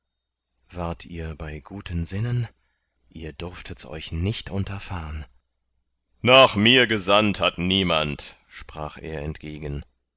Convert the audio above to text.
wart ihr bei guten sinnen ihr durftet's euch nicht unterfahn nach mir gesandt hat niemand sprach er entgegen